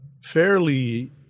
fairly